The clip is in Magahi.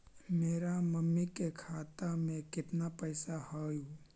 मेरा मामी के खाता में कितना पैसा हेउ?